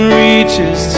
reaches